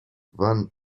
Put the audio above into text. van